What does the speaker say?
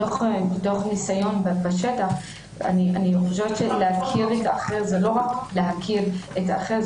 מתוך ניסיון בשטח אני חושבת שלהכיר את האחר זה לא רק להכיר את האחר,